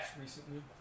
Recently